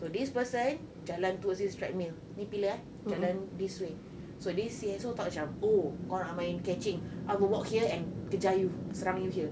so this person jalan towards this treadmill ni pillar eh jalan this way so this I thought macam oh kau nak main catching I will walk here and kejar you surround you here